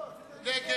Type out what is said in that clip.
לא, רציתי רק לשאול, נגד